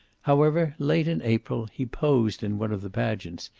however, late in april, he posed in one of the pageants,